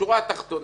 בשורה התחתונה,